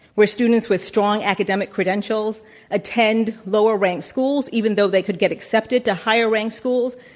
where students with strong academic credentials attend lower ranked schools even though they could get accepted to higher ranked schools,